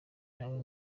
nawe